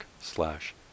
slash